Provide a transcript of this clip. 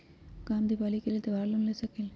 का हम दीपावली के लेल त्योहारी लोन ले सकई?